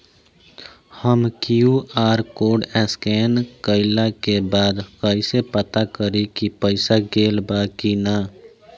हम QR code scan कइला के बाद कइसे पता करि की पईसा गेल बा की न?